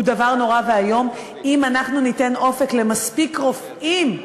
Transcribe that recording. הוא דבר נורא ואיום אם אנחנו ניתן אופק למספיק רופאים להישאר,